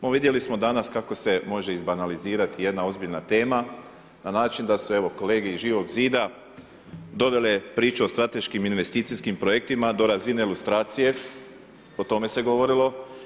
No vidjeli smo danas, kako se može iz banalizirati jedna ozbiljna tema, na način, da su evo, kolege iz Živog zida dovele priču o strateškim investicijskim projektima, do razine ilustracije, o tome se govorilo.